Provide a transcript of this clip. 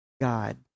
God